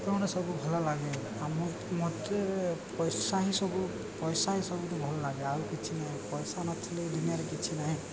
ପ୍ର ଗୋଟେ ସବୁ ଭଲ ଲାଗେ ଆଉ ମୋତେ ପଇସା ହିଁ ସବୁ ପଇସା ହିଁ ସବୁଠୁ ଭଲ ଲାଗେ ଆଉ କିଛି ନାହିଁ ପଇସା ନଥିଲେ ଦୁନିଆରେ କିଛି ନାହିଁ